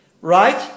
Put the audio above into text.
right